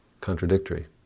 contradictory